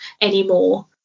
anymore